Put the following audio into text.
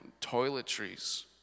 toiletries